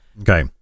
Okay